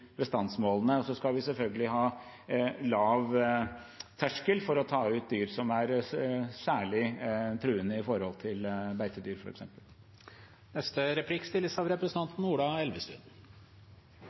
bestandsmålene. Og så skal vi selvfølgelig ha lav terskel for å ta ut dyr som er særlig truende overfor beitedyr, f.eks. Jeg har egentlig et veldig enkelt spørsmål. I